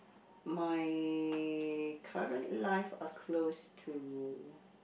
my current life are close to